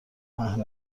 پهن